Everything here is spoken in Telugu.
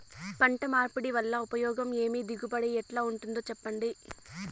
పంట మార్పిడి వల్ల ఉపయోగం ఏమి దిగుబడి ఎట్లా ఉంటుందో చెప్పండి?